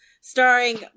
starring